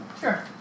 Sure